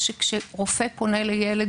שכאשר רופא פונה לילד